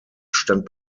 stand